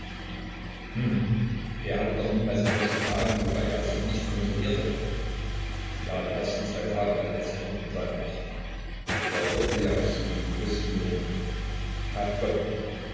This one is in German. er hatte doch niemals etwas getan wobei er sich nicht kontrolliert hätte ja die ersten zwei tage hatte er sich noch in seiner macht er wirkte ja auf sie mit bewußten mitteln